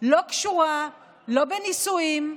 לא קשורה לא בנישואים,